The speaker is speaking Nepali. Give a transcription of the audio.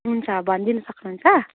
हुन्छ भनिदिनु सक्नुहुन्छ